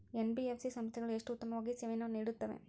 NBFC ಸಂಸ್ಥೆಗಳು ಎಷ್ಟು ಉತ್ತಮವಾಗಿ ಸೇವೆಯನ್ನು ನೇಡುತ್ತವೆ?